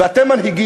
ואתם מנהיגים,